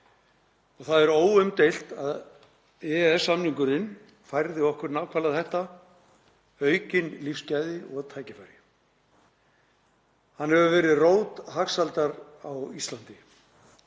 og það er óumdeilt að EES-samningurinn færði okkur nákvæmlega þetta; aukin lífsgæði og tækifæri. Hann hefur verið rót hagsældar á Íslandi